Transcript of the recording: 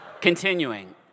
Continuing